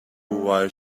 while